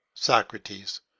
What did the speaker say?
Socrates